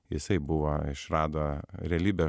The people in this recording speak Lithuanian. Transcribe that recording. jisai buvo išrado realybę